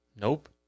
Nope